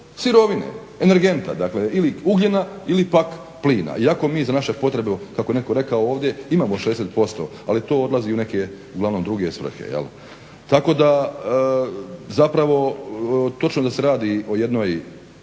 sirovine, energenta dakle ili ugljena ili pak plina. Iako mi za naše potrebe kako je netko rekao ovdje imamo 60%, ali to odlazi u neke uglavnom druge svrhe jel'. Tako da zapravo točno je da se radi o jednoj